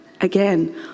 Again